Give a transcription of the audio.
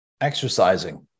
exercising